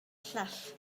llall